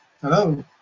Hello